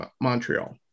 Montreal